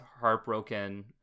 heartbroken